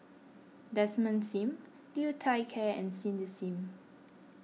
Desmond Sim Liu Thai Ker and Cindy Sim